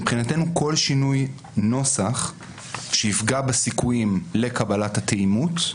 מבחינתנו כל שינוי נוסח שיפגע בסיכויים לקבלת התאימות,